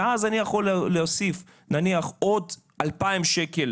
ואז אני יכול להוסיף נניח עוד 2,000 שקל